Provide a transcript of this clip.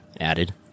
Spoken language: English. added